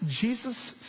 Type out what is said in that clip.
Jesus